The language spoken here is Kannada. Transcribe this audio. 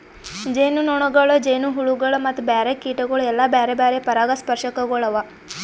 ಜೇನುನೊಣಗೊಳ್, ಜೇನುಹುಳಗೊಳ್ ಮತ್ತ ಬ್ಯಾರೆ ಕೀಟಗೊಳ್ ಎಲ್ಲಾ ಬ್ಯಾರೆ ಬ್ಯಾರೆ ಪರಾಗಸ್ಪರ್ಶಕಗೊಳ್ ಅವಾ